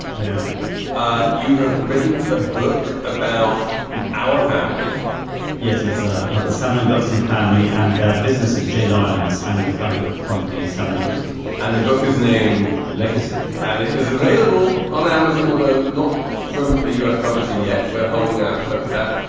i am. ah you have written a book about our family yes. it's ah about the salmon gluckstein family and their businesses, joleen's and the tobacco company salmon gluckstein and the book is named legacy and is available on amazon, although not from a us publisher yet. we're holding out hope for that.